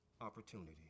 opportunity